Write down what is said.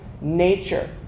nature